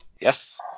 Yes